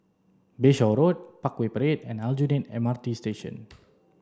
Bayshore Road Parkway Parade and Aljunied M R T Station